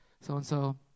So-and-so